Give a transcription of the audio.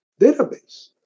database